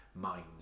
minds